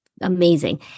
Amazing